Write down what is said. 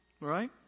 Right